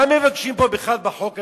מה מבקשים פה בכלל בחוק הזה?